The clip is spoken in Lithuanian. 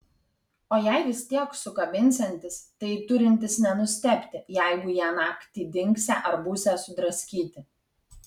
o jei vis tiek sukabinsiantis tai turintis nenustebti jeigu jie naktį dingsią ar būsią sudraskyti